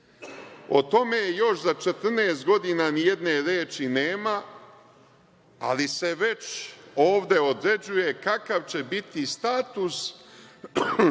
O tome još za 14 godina ni jedne reči nema, ali se već ovde određuje kakav će biti status